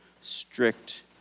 strict